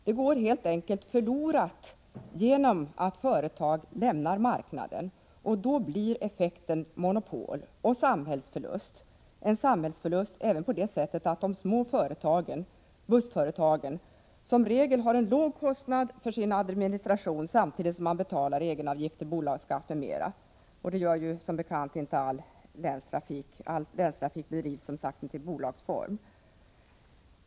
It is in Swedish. Det går helt enkelt förlorat genom att företag lämnar marknaden, och då blir effekten monopol och samhällsförlust. Samhällsförlust blir det även genom att de små bussföretagen som regel har en låg kostnad för administration samtidigt som man betalar egenavgifter, bolagsskatter m.m. — det gör som bekant inte all länstrafik, eftersom den inte alltid bedrivs i bolagsform.